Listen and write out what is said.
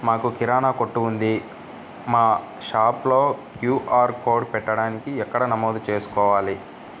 మాకు కిరాణా కొట్టు ఉంది మా షాప్లో క్యూ.ఆర్ కోడ్ పెట్టడానికి ఎక్కడ నమోదు చేసుకోవాలీ?